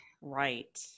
Right